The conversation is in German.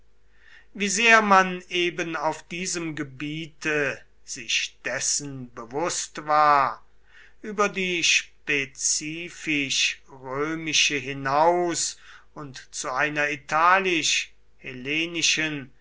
wie sehr man eben auf diesem gebiete sich dessen bewußt war über die spezifisch römische hinaus und zu einer